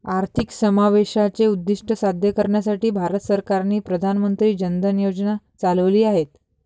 आर्थिक समावेशाचे उद्दीष्ट साध्य करण्यासाठी भारत सरकारने प्रधान मंत्री जन धन योजना चालविली आहेत